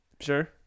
Sure